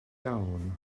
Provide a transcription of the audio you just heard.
iawn